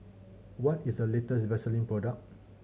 what is a latest Vaselin product